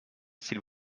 s’il